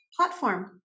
platform